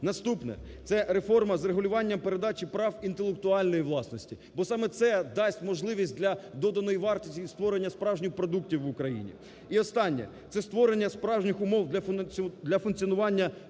Наступне – це реформа з регулювання прав передачі прав інтелектуальної власності, бо саме це дасть можливість для доданої вартості і створення справжніх продуктів в Україні. І останнє. Це створення справжніх умов для функціонування